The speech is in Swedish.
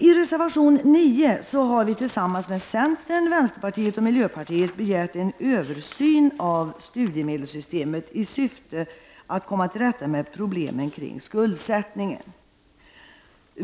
I reservation 9 har vi tillsammans med centern, vänsterpartiet och miljöpartiet begärt en översyn av studiemedelssystemet i syfte att komma till rätta med problemen kring skuldsättningen.